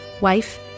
wife